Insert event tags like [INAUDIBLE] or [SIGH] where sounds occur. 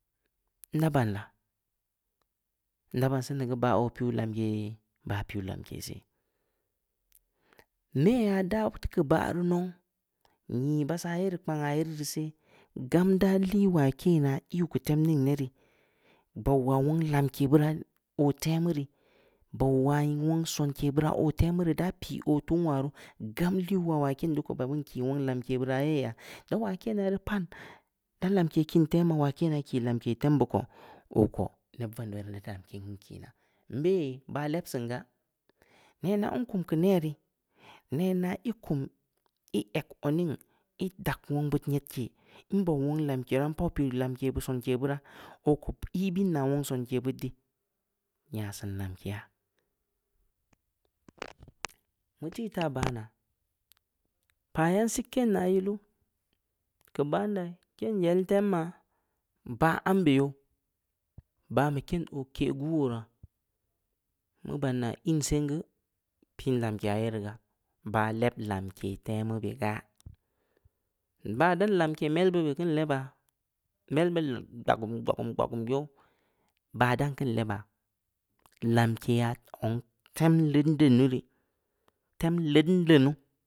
Ndaaa baan laa? Ndaa baan senii geu baah oo piuw lamke ye? Baah piuw lamke seh, neyha daa teu keu baah rii nou, nyii baassaah ye rii kpangha ye rii ri seh, gam daa lii waken naa iiuw keu tem ningneh rii, bau waa, wong lamke beu raa, oo temu rii, baw wa won sonke beu raa oo temu rii daa pii oo ting waa ruu, gaam liuw wa waken dii koo baah beun kii wong lamke aah ye rii yaa, daa wakena ye rii pa da lamke kiin oo temu, wakena kii lamke tem beu koo, oo ko, neb vandoo aah ye rii da taa lamke kiina, nbe yee, baa leb siin lamke gaa, nenaa nkum keu neh rii, nenaa ii kum, ii eg odning, ii dag wong beud nyedke, nabuw wong beud lamkeya, npauw piirii lamke sonke beu raa, oo ko, ii bein naa wong sonke beud dii, nya siin lamkeya, [NOISE] mu teui taa baanaa, paa yan sik ken ya yilu, keu baahn daa, ken yeln tem ya, baah ambe youw, baaan beh ken oo keh guu oo raa, mu baan yaa, ken iin sen geu, oiin lamkeya ye rii gaa, baah leb lamke temu beh gaa, baah dan lamke mel beu beh keun lebaa, mel beu gbogum-gbogum-gbogum youw, baah dan keun lebaa, lamke ya zong tem leunluen nu rii, tem leudn leunu